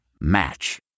Match